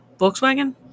Volkswagen